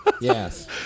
Yes